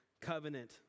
covenant